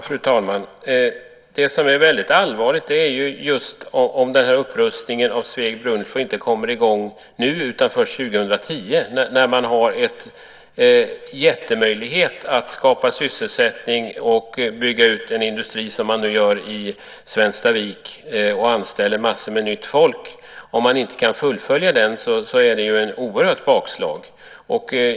Fru talman! Det som är väldigt allvarligt är om upprustningen av sträckan Sveg-Brunflo inte kommer i gång nu utan först 2010, trots att man har en jättemöjlighet att skapa sysselsättning och bygga ut en industri, som man nu gör i Svenstavik och anställer massor med nytt folk. Om man inte kan fullfölja detta är det ett oerhört bakslag.